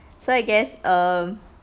so I guess um